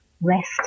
rest